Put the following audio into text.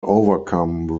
overcome